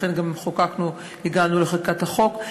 ולכן גם הגענו לחקיקת החוק.